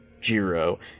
Jiro